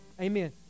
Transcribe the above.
Amen